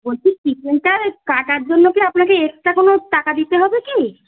বলছি চিকেনটা কাটার জন্য কি আপনাকে এক্সট্রা কোনও টাকা দিতে হবে কি